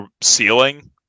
ceiling